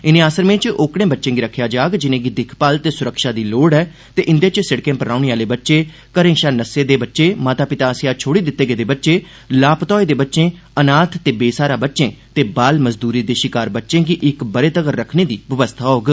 इनें आसरमें च ओकड़े बच्चें गी रक्खेआ जाग जिनेंगी दिक्ख भाल ते सुरक्षा दी लोड़ ऐ ते इंदे च सिड़कें पर रौहने आहले बच्चें घरें षा नस्से दे बच्चे माता पिता आसेआ छुड़ी दित्ते गेदे बच्चे लापता होए दे बच्चें अनाथ ते बेस्हारा बच्चें ते बाल मजदूरी दे षिकार बच्चें गी इक ब'रे तगर रक्खने दी बवस्था होग